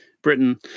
Britain